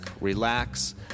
relax